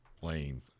playing